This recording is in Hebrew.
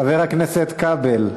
חברת הכנסת כבל,